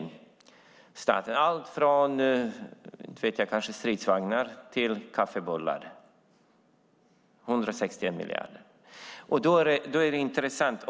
Det var allt från stridsvagnar till kaffebullar.